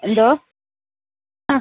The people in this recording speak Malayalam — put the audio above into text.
എന്തോ ആ